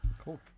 Cool